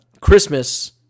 Christmas